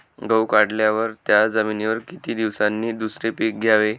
गहू काढल्यावर त्या जमिनीवर किती दिवसांनी दुसरे पीक घ्यावे?